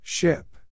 Ship